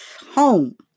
home